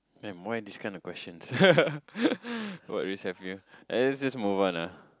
damn why this kind of questions what risk have you I think let's just move on ah